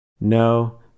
No